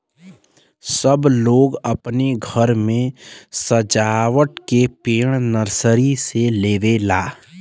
सब लोग अपने घरे मे सजावत के पेड़ नर्सरी से लेवला